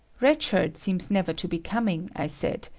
red shirt seems never to be coming, i said,